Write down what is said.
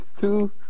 Two